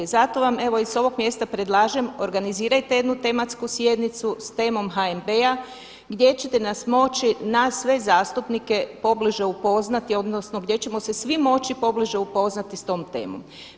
Zato vam s ovog mjesta predlažem organizirajte jednu tematsku sjednicu s temom HNB-a gdje ćete nas moći nas sve zastupnike pobliže upoznati odnosno gdje ćemo se svi moći pobliže upoznati s tom temom.